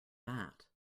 that